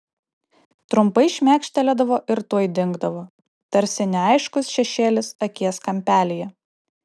trumpai šmėkštelėdavo ir tuoj dingdavo tarsi neaiškus šešėlis akies kampelyje